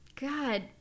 God